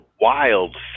wild